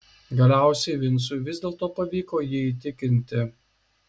galiausiai vincui vis dėlto pavyko jį įtikinti